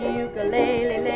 ukulele